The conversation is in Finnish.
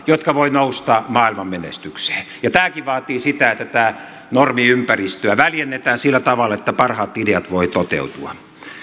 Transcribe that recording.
jotka voivat nousta maailmanmenestykseen ja tämäkin vaatii sitä että tätä normiympäristöä väljennetään sillä tavalla että parhaat ideat voivat toteutua